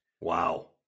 Wow